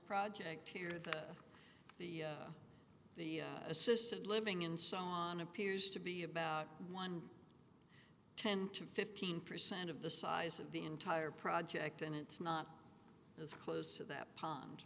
project here that the the assisted living inside on appears to be about one ten to fifteen percent of the size of the entire project and it's not as close to that pond